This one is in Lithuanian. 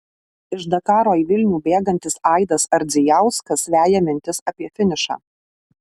iš dakaro į vilnių bėgantis aidas ardzijauskas veja mintis apie finišą